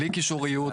בלי קישוריות,